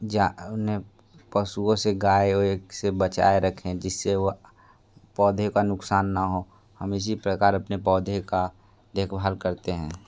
जा उन्हें पशुओं से गाय वाय से बचाए रखें जिस से वो पौधे का नुक़सान ना हो हम इसी प्रकार अपने पौधे का देखभाल करते हैं